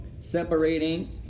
separating